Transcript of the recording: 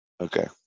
Okay